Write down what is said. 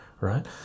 right